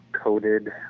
coated